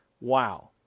Wow